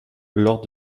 lors